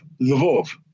Lvov